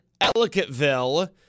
Ellicottville